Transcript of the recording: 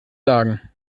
sagen